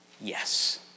yes